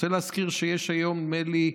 אני רוצה להזכיר שיש היום, נדמה לי,